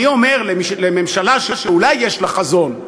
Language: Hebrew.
אני אומר לממשלה שאולי יש לה חזון.